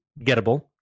gettable